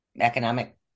economic